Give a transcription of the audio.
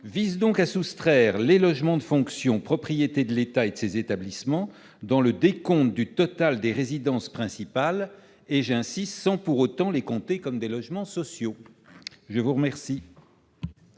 vise donc à soustraire les logements de fonction propriétés de l'État et de ses établissements publics du décompte du total des résidences principales, sans pour autant les compter comme des logements sociaux. La parole